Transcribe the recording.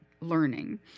learning